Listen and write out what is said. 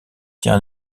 tient